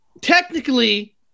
technically